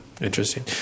Interesting